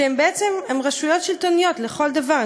שהן בעצם רשויות שלטוניות לכל דבר,